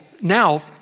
Now